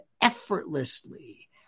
effortlessly